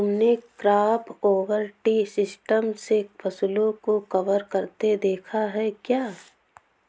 तुमने crop over tree system से फसलों को कवर करते देखा है क्या?